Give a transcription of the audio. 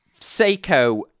Seiko